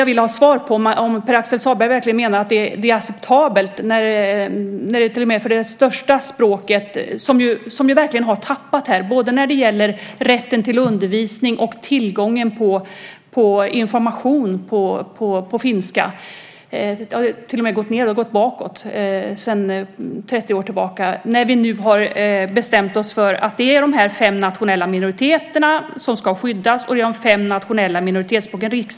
Jag ville ha svar på om Pär Axel Sahlberg verkligen menar att det är acceptabelt när det gäller till och med det största språket, som ju verkligen har tappat här, både när det gäller rätten till undervisning och tillgången till information på finska. Den har till och med gått ned, gått bakåt, sedan 30 år tillbaka. Är det acceptabelt, när vi nu har bestämt oss för att det är de här fem nationella minoriteterna och de fem nationella minoritetsspråken som ska skyddas?